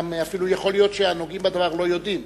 ואפילו יכול להיות שהנוגעים בדבר לא יודעים.